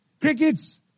crickets